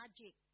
magic